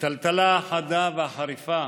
הטלטלה החדה והחריפה